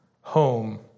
home